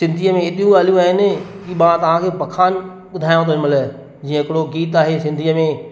सिंधीअ में एॾियूं ॻाल्हियूं आहिनि कि मां तव्हां खे बखान ॿुधायांव थो हिनमहिल जीअं हिकिड़ो गीत आहे सिंधीअ में